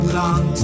long